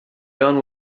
done